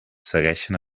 segueixen